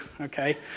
Okay